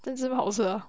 有这么好吃啊